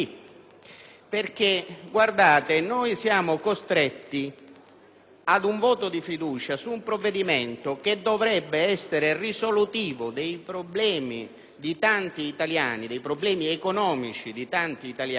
colleghi, noi siamo costretti a un voto di fiducia su un provvedimento che dovrebbe essere risolutivo dei problemi economici di tanti italiani,